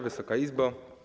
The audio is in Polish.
Wysoka Izbo!